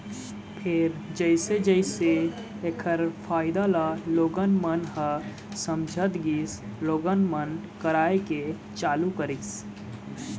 फेर जइसे जइसे ऐखर फायदा ल लोगन मन ह समझत गिस लोगन मन कराए के चालू करिस